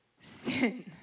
sin